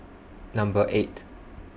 Number eight